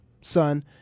son